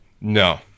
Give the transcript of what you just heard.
No